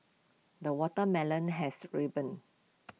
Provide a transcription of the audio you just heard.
the watermelon has ripened